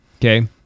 Okay